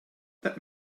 that